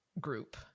group